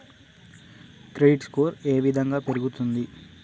Credit score ఏ విధంగా పెరుగుతుంది?